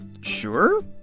sure